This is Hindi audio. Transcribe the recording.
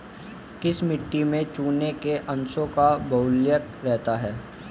किस मिट्टी में चूने के अंशों का बाहुल्य रहता है?